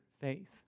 faith